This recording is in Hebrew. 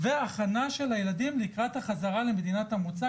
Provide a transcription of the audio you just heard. והכנה של הילדים לקראת החזרה למדינת המוצא,